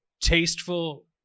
tasteful